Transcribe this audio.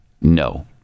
No